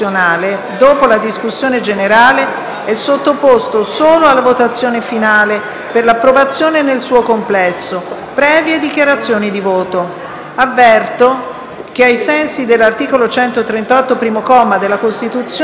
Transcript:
sottoposto solo alla votazione finale per l'approvazione nel suo complesso, previe dichiarazioni di voto. Avverto altresì che, ai sensi dell'articolo 138, primo comma, del Regolamento, in seconda deliberazione,